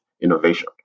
innovation